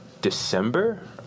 December